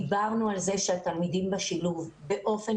דיברנו על זה שהתלמידים בשילוב יקבלו באופן